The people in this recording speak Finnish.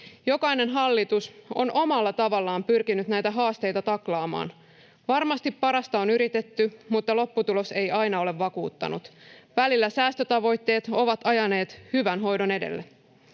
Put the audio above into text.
jokainen hallitus on omalla tavallaan pyrkinyt näitä haasteita taklaamaan. Varmasti parasta on yritetty, mutta lopputulos ei aina ole vakuuttanut. Välillä säästötavoitteet ovat ajaneet hyvän hoidon edelle.